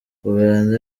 uganda